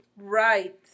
Right